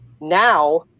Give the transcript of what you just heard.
now